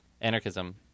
Anarchism